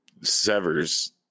severs